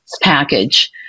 package